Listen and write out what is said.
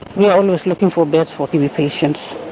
we are always looking for beds for tb patients.